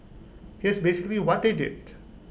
here's basically what they did